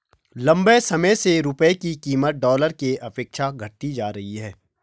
लंबे समय से रुपये की कीमत डॉलर के अपेक्षा घटती जा रही है